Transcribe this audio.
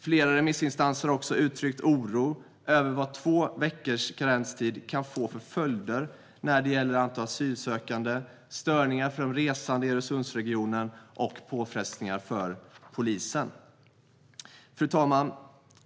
Flera remissinstanser har också uttryckt oro över vad två veckors karenstid kan få för följder när det gäller antalet asylsökande, störningar för de resande i Öresundsregionen och påfrestningar för polisen. Fru talman!